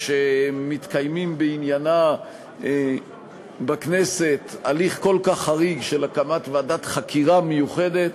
ושמתקיים בעניינה בכנסת הליך כל כך חריג של הקמת ועדת חקירה מיוחדת,